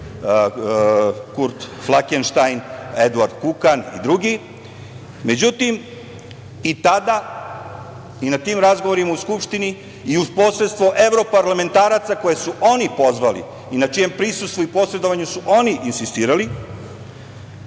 Kurt Flakenštajn, Eduard Kukan i drugi.Međutim, i tada i na tim razgovorima u skupštini i uz posredstvo evroparlamentaraca koje su oni pozvali i na čijem prisustvu i posredovanju su oni insistirali,